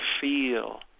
feel